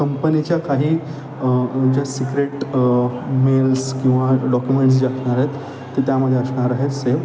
कंपनीच्या काही ज्या सिक्रेट मेल्स किंवा डॉक्युमेंट्स जे असणार आहेत ते त्यामध्ये असणार आहेत सेव्ह